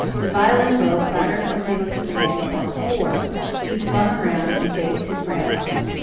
the violin bow clattered from felix's hand upon the floor he swung around and faced his grandfather.